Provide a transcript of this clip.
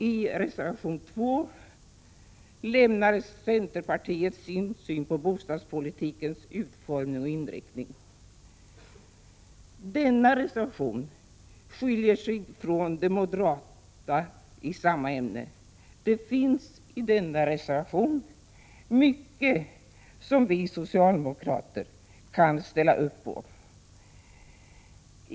I reservation 2 lämnar centerpartiet sin syn på bostadspolitikens utformning och inriktning. Denna reservation skiljer sig från moderaternas i samma ämne. Det finns i denna reservation mycket som vi socialdemokrater kan ställa oss bakom.